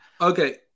Okay